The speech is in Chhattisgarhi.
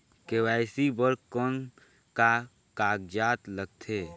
के.वाई.सी बर कौन का कागजात लगथे?